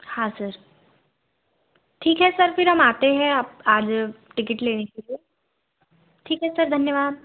हाँ सर ठीक है सर फिर हम आते हैं आप आज टिकेट लेने के लिए ठीक है सर धन्यवाद